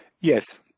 Yes